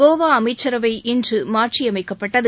கோவா அமைச்சரவை இன்று மாற்றியமைக்கப்பட்டது